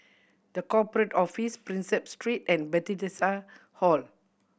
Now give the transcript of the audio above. The Corporate Office Prinsep Street and Bethesda Hall